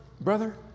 Brother